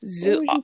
Zoo